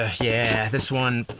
ah yeah. this one?